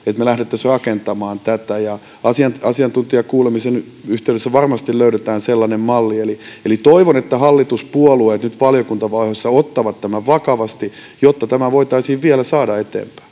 me lähtisimme rakentamaan tätä asiantuntijakuulemisen yhteydessä varmasti löydetään sellainen malli eli eli toivon että hallituspuolueet nyt valiokuntavaiheessa ottavat tämän vakavasti jotta tämä voitaisiin vielä saada